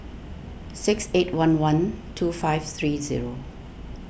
six eight one one two five three zero